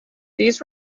these